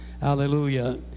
Hallelujah